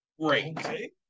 Great